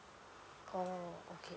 oh okay